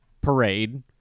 parade